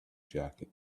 jacket